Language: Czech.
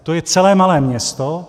To je celé malé město.